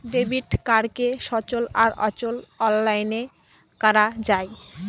debit কাড়কে সচল আর অচল অললাইলে ক্যরা যায়